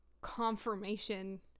confirmation